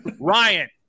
ryan